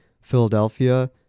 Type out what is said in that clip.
Philadelphia